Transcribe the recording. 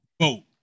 vote